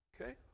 Okay